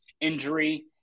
injury